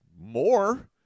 more